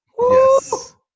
Yes